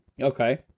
Okay